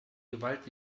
gewalt